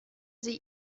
sie